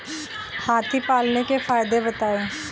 हाथी पालने के फायदे बताए?